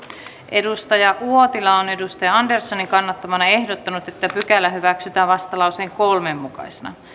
kari uotila on li anderssonin kannattamana ehdottanut että pykälä hyväksytään vastalauseen kolmena mukaisena